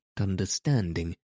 understanding